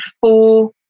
four